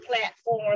platform